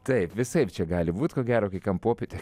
taip visaip čia gali būt ko gero kai kam popietė